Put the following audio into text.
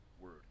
word